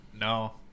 no